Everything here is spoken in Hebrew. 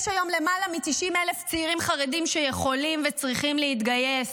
יש היום למעלה מ-90,000 צעירים חרדים שיכולים וצריכים להתגייס.